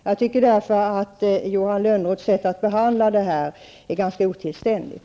Jag tycker därför att Johan Lönnroths sätt att behandla frågan är ganska otillständigt.